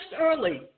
early